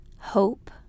hope